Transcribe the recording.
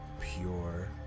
pure